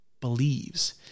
believes